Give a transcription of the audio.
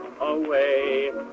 away